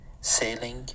sailing